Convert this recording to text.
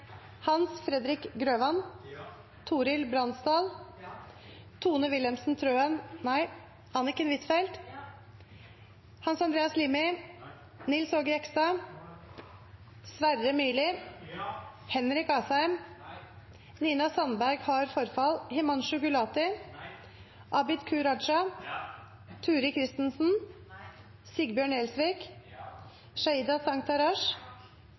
Hans Fredrik Grøvan, Torhild Bransdal, Anniken Huitfeldt, Sverre Myrli, Abid Q. Raja, Sigbjørn Gjelsvik,